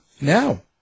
now